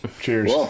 cheers